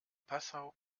passau